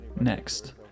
next